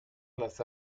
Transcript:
las